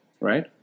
Right